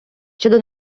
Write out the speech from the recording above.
щодо